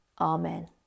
amen